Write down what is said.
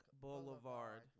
Boulevard